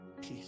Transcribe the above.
Peace